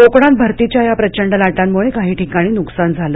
कोकणात भरतीच्या या प्रचंड लाटांमुळे काही ठिकाणी नुकसान झालं